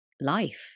life